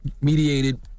Mediated